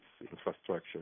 infrastructure